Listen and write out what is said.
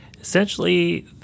Essentially